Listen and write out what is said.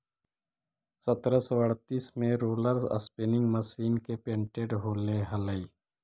सत्रह सौ अड़तीस में रोलर स्पीनिंग मशीन के पेटेंट होले हलई